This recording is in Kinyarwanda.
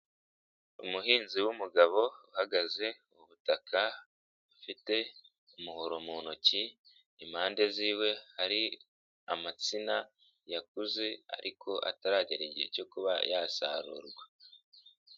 Umuhinzi w'umugabo uhagaze ku butaka afite umuhoro mu ntoki, impande z'iwe hari amasina yakuze ariko ataragera igihe cyo kuba yasarurwa.